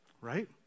right